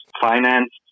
financed